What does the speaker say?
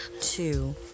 two